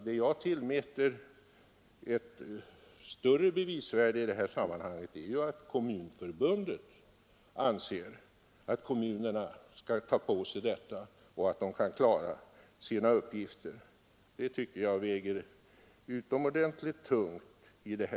Det jag tillmäter ett större bevisvärde i det här sammanhanget är ju att Kommunförbundet anser att kommunerna bör ta på sig ansvaret och att de kan klara sina uppgifter. Det tycker jag väger utomordentligt tungt.